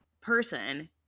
person